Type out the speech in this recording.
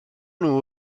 nhw